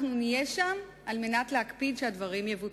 אנחנו נהיה שם על מנת להקפיד שהדברים יבוצעו.